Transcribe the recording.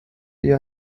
ihr